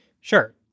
Sure